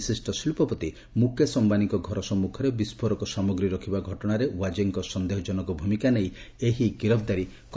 ବିଶିଷ୍ଟ ଶିକ୍ଷପତି ମୁକେଶ ଅୟାନୀଙ୍କ ଘର ସମ୍ମଖରେ ବିସ୍ଫୋରକ ସାମଗ୍ରୀ ରଖିବା ଘଟଣାରେ ୱାଜେଙ୍କ ସନ୍ଦେହଜନକ ଭୂମିକା ନେଇ ଏହି ଗିରଫଦାରି କରାଯାଇଛି